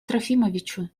трофимовичу